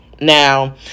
Now